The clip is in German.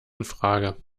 infrage